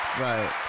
Right